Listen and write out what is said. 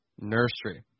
Nursery